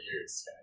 years